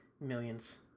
millions